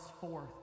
forth